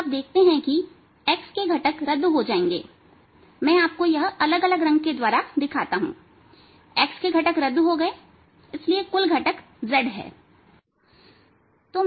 तो आप देखते हैं कि x के घटक रद्द हो जाएंगे मैं आपको यह अलग अलग रंग के द्वारा दिखाता हूं एक्स के घटक रद्द हो गए इसलिए कुल घटक z है